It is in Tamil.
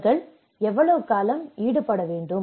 அவர்கள் எவ்வளவு காலம் ஈடுபட வேண்டும்